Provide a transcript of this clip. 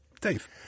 Dave